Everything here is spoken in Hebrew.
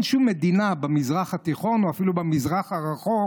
אין שום מדינה במזרח התיכון או אפילו במזרח הרחוק